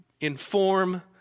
inform